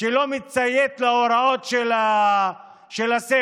שלא מציית להוראות של הסגר,